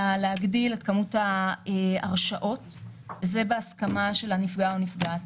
אלא להגדיל את כמות ההרשאות בהסכמה של הנפגע או הנפגעת.